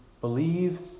believe